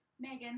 Megan